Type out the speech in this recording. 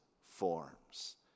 forms